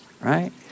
Right